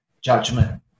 judgment